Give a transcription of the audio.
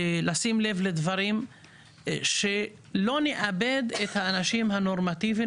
לשים לב לדברים שלא נאבד את האנשים הנורמטיביים,